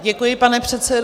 Děkuji, pane předsedo.